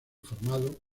formado